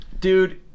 Dude